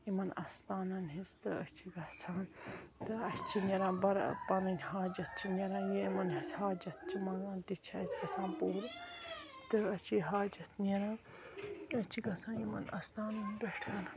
یِمن استانَن ہِنٛز تہِ أسۍ چھِ گَژھان تہٕ اسہِ چھِ نیران بَر پَنٕنۍ حاجَت چھِ نیران یہِ یِمَن أسۍ حاجَت چھِ مَنٛگان تہِ چھ اسہِ گَژھان پوٗرٕ تہٕ أسۍ چھِ یہِ حاجَت نیران أسۍ چھِ گَژھان یِمَن اَستانَن پٮ۪ٹھ